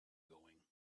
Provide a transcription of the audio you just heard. going